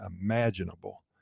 imaginable